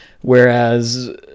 Whereas